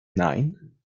nein